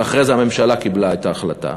ואחרי זה הממשלה קיבלה את ההחלטה,